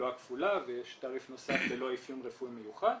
תחלואה כפולה ויש תעריף נוסף ללא אפיון רפואי מיוחד.